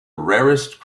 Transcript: rarest